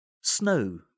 Snow